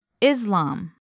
Islam